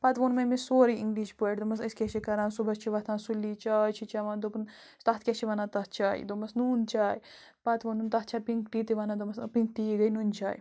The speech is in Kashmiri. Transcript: پَتہٕ ووٚن مےٚ أمِس سورُے اِنٛگلِش پٲٹھۍ دوٚپمَس أسۍ کیٛاہ چھِ کَران صُبحَس چھِ وۄتھان سُلی چاے چھِ چٮ۪وان دوٚپُن تَتھ کیٛاہ چھِ وَنان تَتھ چایہِ دوٚپمَس نوٗن چاے پَتہٕ ووٚنُن تَتھ چھےٚ پِنٛک ٹی تہِ وَنان دوٚپمَس اۭ پِنٛک ٹی یی گٔے نُن چاے